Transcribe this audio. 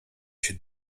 się